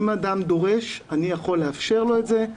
אם אדם דורש אני יכול לאפשר לו את זה.